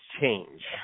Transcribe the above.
change